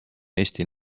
eesti